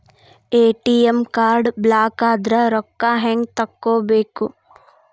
ATM card ಬ್ಲಾಕದ್ರ ರೊಕ್ಕಾ ಹೆಂಗ್ ತಕ್ಕೊಬೇಕು?